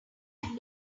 had